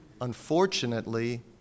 unfortunately